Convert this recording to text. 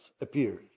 appeared